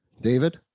David